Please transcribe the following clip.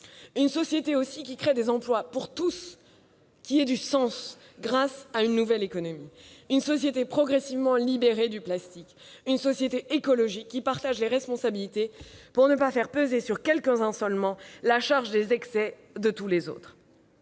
une société, aussi, qui crée des emplois pour tous, une société qui a du sens, grâce à une nouvelle économie, une société progressivement libérée du plastique, une société écologique qui partage les responsabilités pour ne pas faire peser sur quelques-uns seulement la charge des excès de tous les autres.